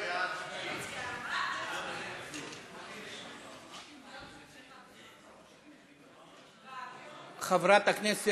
ההצעה להעביר את הצעת חוק ביטוח בריאות ממלכתי (תיקון מס'